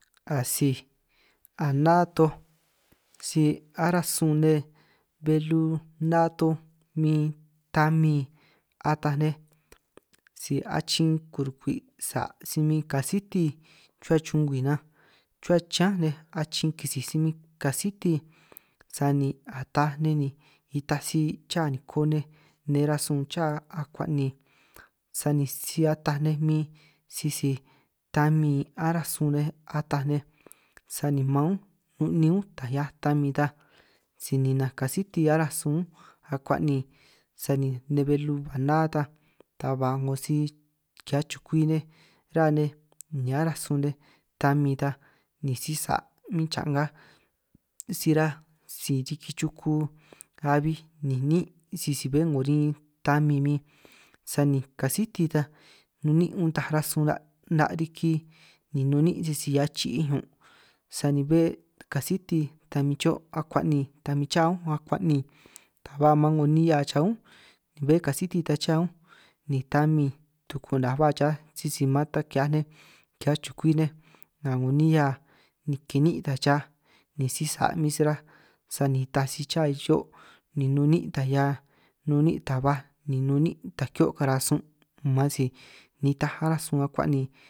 Asij a ná toj si aráj sun nej belu ná toj min tamin ataj nej, si achin kurukwi' sa' si min kasiti chuhua chumgwi nan chuhua chiñán nej achin kisij si min kasiti, sani a taaj nej ni itaj si cha niko nej rasun cha akuan' ni sani si ataj nej min sisi tamin aráj sun nej ataj, sani man únj nun níin únj taj 'hiaj tamin taj si ninanj kasiti aráj suun akuan' ni sani nej belu a ná ta ta ba 'ngo si ki'hiaj chukwi nej rá nej, ni aráj sun tamin ta ni sisa' min cha'ngaj si ráj si riki chuku kabij ni níin' si bé 'ngo rin tamin min, sani kasiti ta nun níin' untaj rasun 'na' 'na' riki ni nun níin' sisi 'hiaj chi'ij ñun' sani bé kasiti ta min cho' akuan' ni ta min cha únj akuan' ni ta ba maan 'ngo nihia cha únj ni bé kasiti ta cha únj, ni tamin tuku'naj ba chaj sisi man ta ki'hiaj nej ki'hiaj chukwi nej nga 'ngo nihia ni kini'in' ta chaj ni sisa' min si raj, sani taj cha cho' ni nun níín' taj 'hia nun níin' ta ba ni nun níín' taj ki'hio' kara sun', man si nitaj aráj sun akuan' ni.